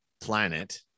planet